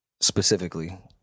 specifically